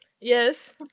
Yes